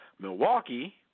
Milwaukee